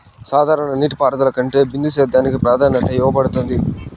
సాధారణ నీటిపారుదల కంటే బిందు సేద్యానికి ప్రాధాన్యత ఇవ్వబడుతుంది